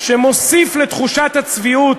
שמוסיף לתחושת הצביעות